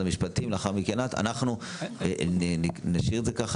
אנחנו נשאיר את זה כך.